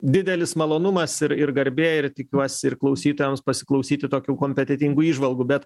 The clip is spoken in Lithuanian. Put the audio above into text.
didelis malonumas ir ir garbė ir tikiuosi ir klausytojams pasiklausyti tokių kompetentingų įžvalgų bet